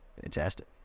Fantastic